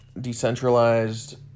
decentralized